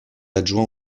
adjoint